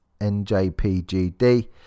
NJPGD